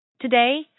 Today